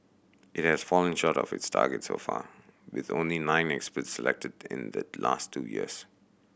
it has fallen short of this target so far with only nine experts selected in the last two years